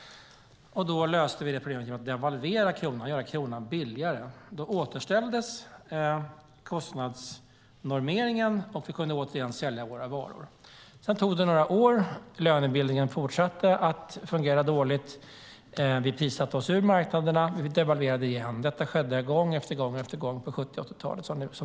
Det problemet löste vi genom att devalvera kronan och göra den billigare. Då återställdes kostnadsnormeringen, och vi kunde återigen sälja våra varor. Sedan tog det några år. Lönebildningen fortsatte att fungera dåligt. Vi prissatte oss ur marknaderna. Vi devalverade igen. Det skedde gång efter gång på 70 och 80-talet, som ni vet.